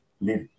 live